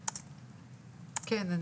כן.